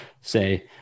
say